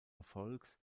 erfolgs